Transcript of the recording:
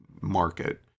market